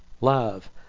love